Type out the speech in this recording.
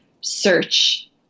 search